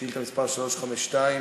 שאילתה מס' 352,